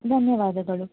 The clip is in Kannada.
ಧನ್ಯವಾದಗಳು